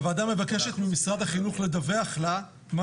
הוועדה מבקשת ממשרד החינוך לדווח לה מה